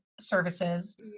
services